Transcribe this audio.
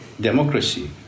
democracy